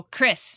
Chris